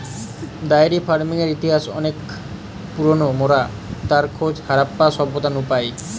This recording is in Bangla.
ডায়েরি ফার্মিংয়ের ইতিহাস অনেক পুরোনো, মোরা তার খোঁজ হারাপ্পা সভ্যতা নু পাই